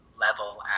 level